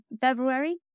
February